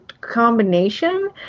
combination